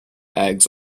eggs